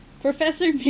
Professor